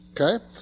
Okay